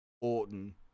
Orton